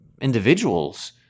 individuals